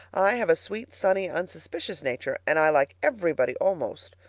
i have a sweet, sunny, unsuspicious nature, and i like everybody, almost.